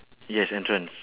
yes entrance